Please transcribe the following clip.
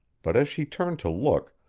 but as she turned to look,